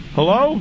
Hello